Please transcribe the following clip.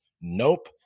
Nope